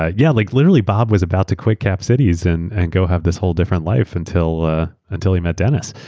ah yeah like literally, bob was about to quit cap cities and and go have this whole different life until ah until he met dennis.